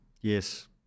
yes